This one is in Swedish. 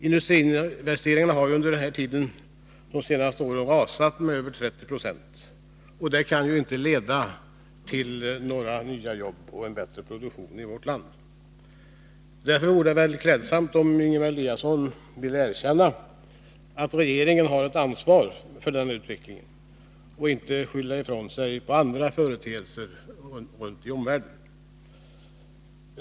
Industriinvesteringarna har under de senaste åren rasat med över 30 96. Det kan ju inte leda till några nya jobb och en bättre produktion i vårt land. Därför vore det väldigt klädsamt om Ingemar Eliasson ville erkänna att regeringen har ett ansvar för den utvecklingen och inte skylla den på andra företeelser i omvärlden.